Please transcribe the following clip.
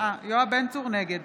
נגד